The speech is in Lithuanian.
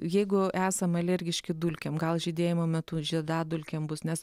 jeigu esam alergiški dulkėm gal žydėjimo metu žiedadulkėm bus nes